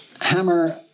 Hammer